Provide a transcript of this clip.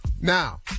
Now